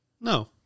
no